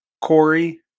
Corey